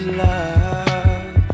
love